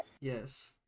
Yes